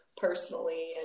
personally